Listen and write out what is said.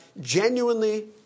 genuinely